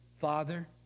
Father